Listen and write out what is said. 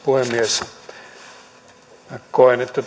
puhemies koen että